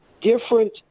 different